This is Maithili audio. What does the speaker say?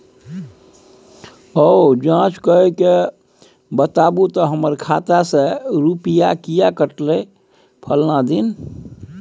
ज जॉंच कअ के बताबू त हमर खाता से रुपिया किये कटले फलना दिन?